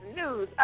news